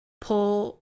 pull